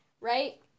right